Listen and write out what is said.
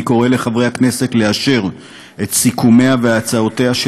אני קורא לחברי הכנסת לאשר את סיכומיה והצעותיה של